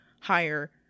higher